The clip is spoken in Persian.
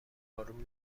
اروم